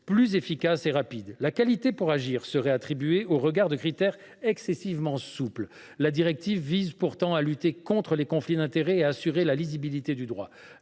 plus rapides. Deuxièmement, la qualité pour agir serait attribuée au regard de critères excessivement souples. La directive vise pourtant à lutter contre les conflits d’intérêts et à assurer la lisibilité du droit.